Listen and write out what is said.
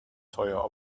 teuer